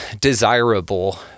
desirable